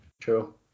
True